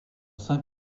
saint